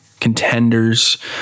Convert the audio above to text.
contenders